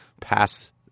pass